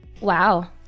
Wow